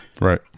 right